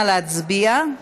נא להצביע.